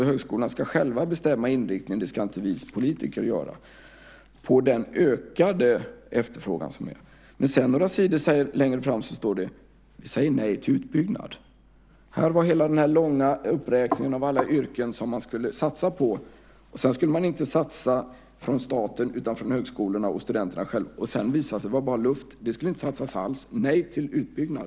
Högskolan ska alltså själv bestämma inriktningen - det ska inte vi politiker göra - i fråga om den ökade efterfrågan. Men några sidor längre fram står det: Vi säger nej till utbyggnad. Först var det denna långa uppräkning av alla yrken som man skulle satsa på. Sedan skulle man inte satsa från staten utan från högskolorna och studenterna själva. Sedan visar det sig att det var bara luft. Det skulle inte satsas allt. Nej till utbyggnad.